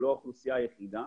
זו לא האוכלוסייה היחידה